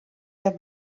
der